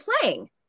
playing